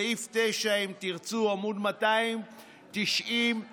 סעיף 9(א)(1), אם תרצו, עמ' 294: